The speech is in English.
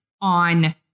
on